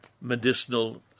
Medicinal